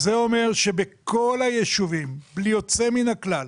זה אומר שבכל היישובים, בלי יוצא מן הכלל,